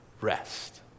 rest